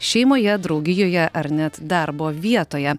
šeimoje draugijoje ar net darbo vietoje